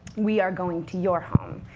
we are going to your home.